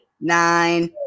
nine